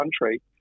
country